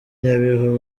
nyabihu